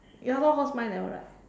ya lor cause mine never write